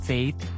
Faith